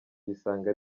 yisanga